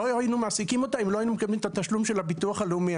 לא היינו מעסיקים אותה אם לא היינו מקבלים את התשלום של הביטוח הלאומי.